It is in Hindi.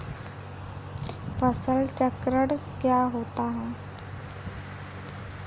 फसल चक्रण क्या होता है?